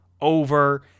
over –